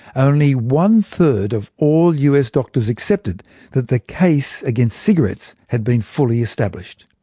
only one third of all us doctors accepted that the case against cigarettes had been fully established.